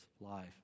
life